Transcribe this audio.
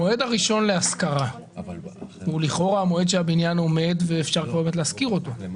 המועד הראשון להשכרה הוא לכאורה המועד שהבניין עומד ואפשר להשכיר אותו .